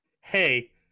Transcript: hey